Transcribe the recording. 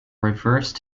reverse